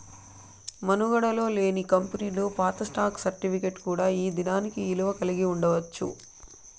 మనుగడలో లేని కంపెనీలు పాత స్టాక్ సర్టిఫికేట్ కూడా ఈ దినానికి ఇలువ కలిగి ఉండచ్చు